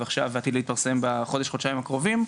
עכשיו ועתיד להתפרסם בחודש חודשיים הקרובים,